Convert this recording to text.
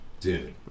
Dude